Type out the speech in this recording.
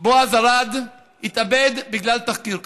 בועז ארד, התאבד בגלל תחקיר כזה.